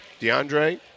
DeAndre